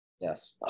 yes